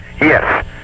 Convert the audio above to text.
Yes